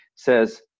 says